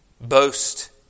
boast